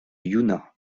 yuna